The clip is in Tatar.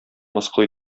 мыскыл